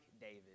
David